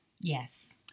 yes